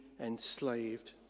enslaved